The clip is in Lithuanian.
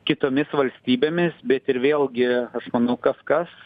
kitomis valstybėmis bet ir vėlgi aš manau kas kas